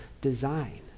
design